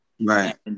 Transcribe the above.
Right